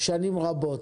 שנים רבות.